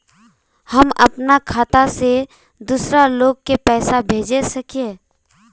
हम अपना खाता से दूसरा लोग के पैसा भेज सके हिये?